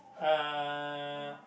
uh